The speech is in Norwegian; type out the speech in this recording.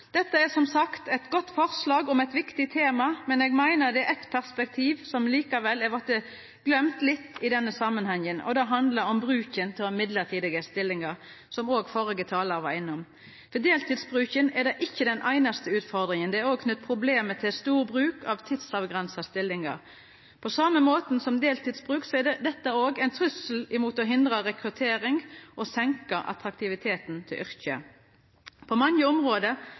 Dette er som sagt eit godt forslag om eit viktig tema, men eg meiner likevel det er eitt perspektiv som har vorte litt gløymt i denne samanhengen, og det handlar om bruken av midlertidige stillingar, som førre talar òg var innom. Bruken av deltid er ikkje den einaste utfordringa, det er også problem knytte til stor bruk av tidsavgrensa stillingar. På same måten som bruk av deltid er dette òg ein trussel som kan hindra rekruttering og senka attraktiviteten til yrket. På mange område